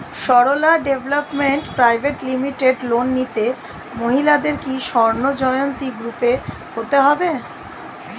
Sarala development private limited loan নিতে মহিলাদের কি স্বর্ণ জয়ন্তী গ্রুপে হতে হবে?